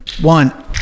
one